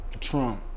Trump